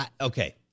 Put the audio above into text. Okay